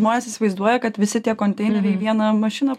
žmonės įvaizduoja kad visi tie konteineriai į vieną mašiną